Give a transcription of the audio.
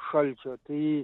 šalčio tai